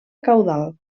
caudal